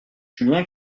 julien